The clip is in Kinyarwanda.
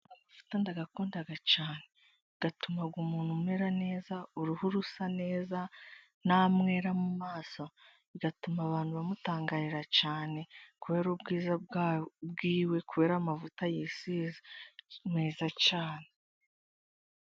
Amavuta ndayakunda cyane atuma umuntu amera neza uruhu rusa neza nta mwera mu maso, bigatuma abantu bamutangarira cyane kubera ubwiza bwe, kubera amavuta yisise meza cyane.